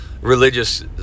religious